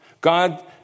God